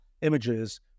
images